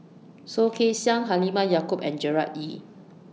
Soh Kay Siang Halimah Yacob and Gerard Ee